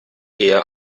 eher